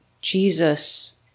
Jesus